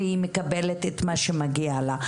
והיא מקבלת את מה שמגיע לה.